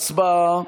הצבעה.